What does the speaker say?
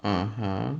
(uh huh)